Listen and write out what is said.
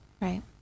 Right